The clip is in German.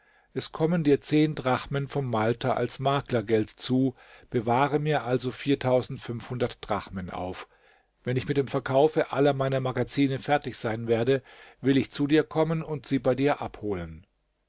es kommen dir drachmen vom malter als maklergeld zu bewahre mir also drachmen auf wenn ich mit dem verkaufe aller meiner magazine fertig sein werde will ich zu dir kommen und sie bei dir abholen